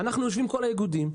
יושבים כל האיגודים,